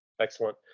Excellent